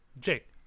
Jake